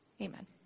Amen